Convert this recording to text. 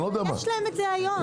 יש להם את זה היום.